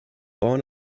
born